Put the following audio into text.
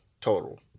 total